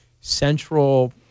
central